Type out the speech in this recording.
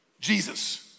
Jesus